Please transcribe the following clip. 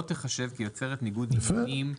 לא תחשב כיוצרת ניגוד עניינים.